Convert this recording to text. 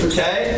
Okay